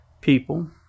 people